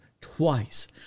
twice